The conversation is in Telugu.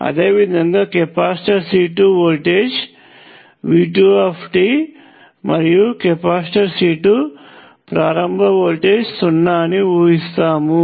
అదేవిధంగా కెపాసిటర్ C2 వోల్టేజ్ V2tమరియు కెపాసిటర్ C2 ప్రారంభ వోల్టేజ్ సున్నా అని ఊహిస్తాము